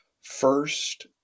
first